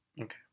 Okay